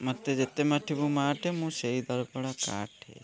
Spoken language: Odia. ମୋତେ ଯେତେ ମାଠିବୁ ମାଠେ ମୁଁ ସେଇ ଦରପୋଡ଼ା କାଠେ